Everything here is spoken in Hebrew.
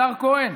השר כהן,